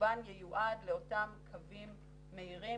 רובן ייועד לאותם קווים מהירים.